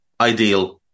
ideal